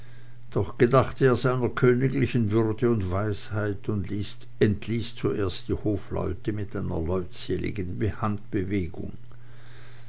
doch gedachte er seiner königlichen würde und weisheit und entließ zuerst die hofleute mit einer leutseligen